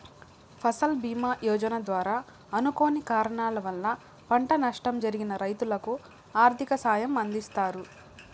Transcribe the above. ఫసల్ భీమ యోజన ద్వారా అనుకోని కారణాల వల్ల పంట నష్టం జరిగిన రైతులకు ఆర్థిక సాయం అందిస్తారు